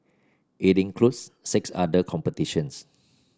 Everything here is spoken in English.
it includes six other competitions